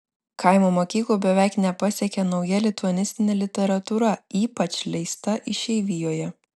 kaimo mokyklų beveik nepasiekia nauja lituanistinė literatūra ypač leista išeivijoje